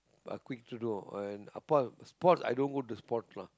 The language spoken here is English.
but quick to do and u~ sports i don't go to sports lah